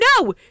no